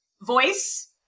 voice